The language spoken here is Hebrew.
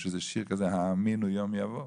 יש שיר כזה 'האמינו יום יבוא',